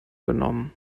genommen